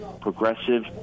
Progressive